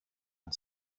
and